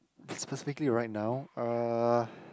s~ specifically right now uh